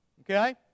Okay